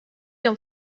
jon